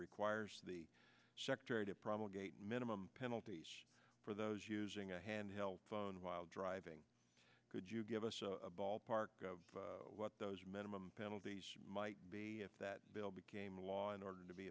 requires the secretary to promulgated minimum penalties for those using a handheld phone while driving could you give us a ballpark of what those minimum penalties might be if that bill became law in order to be